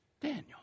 Daniel